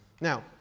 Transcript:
Now